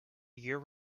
year